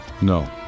No